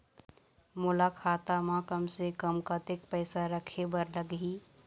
मोला खाता म कम से कम कतेक पैसा रखे बर लगही?